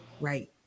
Right